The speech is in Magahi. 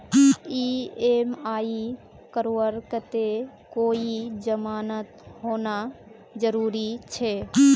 ई.एम.आई करवार केते कोई जमानत होना जरूरी छे?